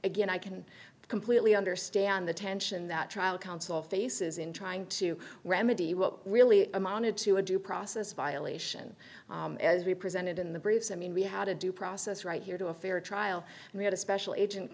again i can completely understand the tension that trial counsel faces in trying to remedy what really amounted to a due process violation as we presented in the briefs i mean we had a due process right here to a fair trial and we had a special agent